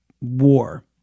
war